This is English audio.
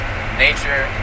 nature